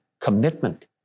commitment